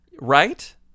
Right